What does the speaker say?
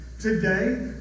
Today